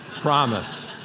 Promise